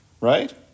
right